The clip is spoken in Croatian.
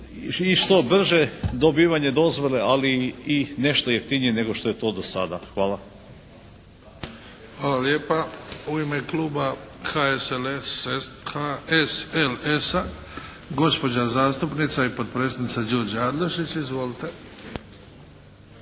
i što brže dobivanje dozvole ali i nešto jeftinije nego što je to do sada. Hvala. **Bebić, Luka (HDZ)** Hvala lijepa. U ime kluba HSLS-a gospođa zastupnica i potpredsjednica Đurđa Adlešić. Izvolite.